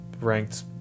ranked